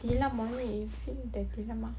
tilam only if you put your tilam ah